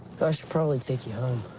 i should probably take you